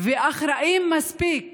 ואחראים מספיק